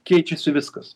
keičiasi viskas